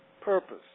Purpose